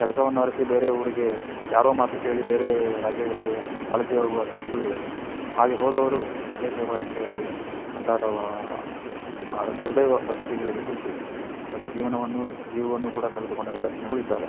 ಕೆಲಸವನ್ನರಿಸಿ ಬೇರೆ ಊರಿಗೆ ಯಾರೋ ಮಾತು ಕೇಳಿ ಬೇರೆ ರಾಜ್ಯಗಳಿಗೆ ವಲಸೆ ಹೋಗುವ ಸ್ಥಿತಿಗಳು ಇದ್ದಾವೆ ಹಾಗೇ ಹೋದವರು ವೇಶ್ಯವಾಟಿಕೆಯಲ್ಲಿ ಮುಂತಾದವು ದುರ್ದೈವ ಪರಿಸ್ಥಿತಿಗಳಿಗೆ ಸಿಲುಕಿ ತಮ್ಮ ಜೀವನವನ್ನು ಜೀವವನ್ನು ಕೂಡ ಕಳೆದುಕೊಂಡ ನಿದರ್ಶನಗಳು ಇದ್ದಾವೆ